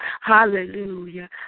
Hallelujah